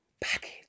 package